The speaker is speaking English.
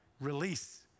release